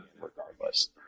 regardless